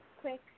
quick